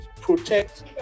Protect